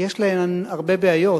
יש הרבה בעיות,